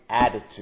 attitude